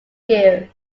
year